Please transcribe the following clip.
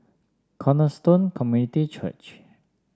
Cornerstone Community Church